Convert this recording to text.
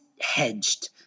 hedged